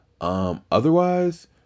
Otherwise